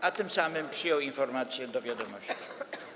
a tym samym przyjął informację do wiadomości.